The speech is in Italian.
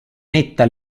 netta